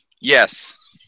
Yes